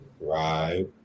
Right